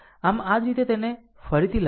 આમ આ જ રીતે તેને ફરીથી લખો